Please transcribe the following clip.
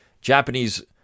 Japanese